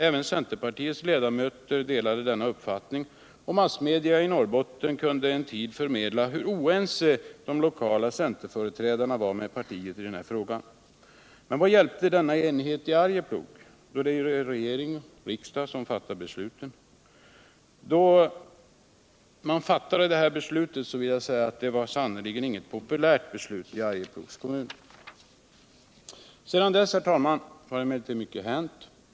Även centerpartiets Iecdamöter delade denna uppfattning, och massmedia i Norrbotten kunde en tid förmedla hur oense de lokala centerföreträdarna var med partiet i den här frågan. Men vad hjälpte denna enighet i Arjeplog då det är regering och riksdag som fattar besluten? Det fattade beslutet var sannerligen inte populärt i Arjeplogs kommun. Sedan dess. herr talman, har emellertid mycket hänt.